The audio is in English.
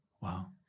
Wow